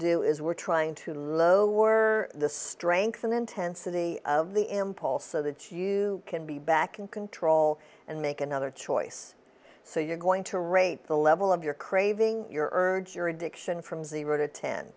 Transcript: do is we're trying to lower the strength and intensity of the impulse so that you can be back in control and make another choice so you're going to rate the level of your craving your urge your addiction from zero to ten